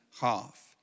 half